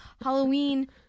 Halloween